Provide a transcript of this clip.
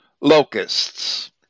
locusts